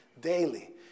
daily